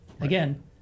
Again